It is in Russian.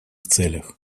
целях